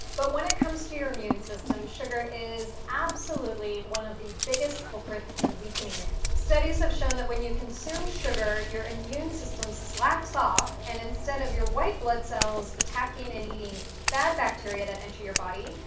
but when it comes to your immune system, sugar is absolutely one of the biggest culprits in weakening it. studies have shown that when you consume sugar, your immune system slacks off and instead of your white blood cells attacking and eating bad bacteria that enter your body,